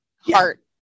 heart